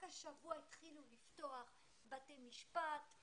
אבל כל מי שיש לו פספורט ישראלי יכול להגיע למדינת ישראל.